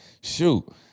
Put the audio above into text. shoot